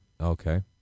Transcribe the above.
Okay